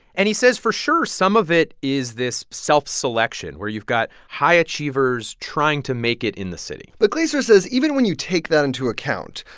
and he says, for sure, some of it is this self-selection, where you've got high achievers trying to make it in the city but glaeser says even when you take that into account,